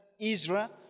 Israel